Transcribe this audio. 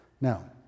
Now